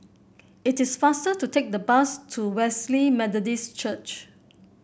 it is faster to take the bus to Wesley Methodist Church